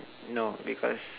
no because